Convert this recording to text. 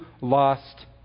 lost